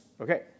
okay